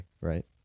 right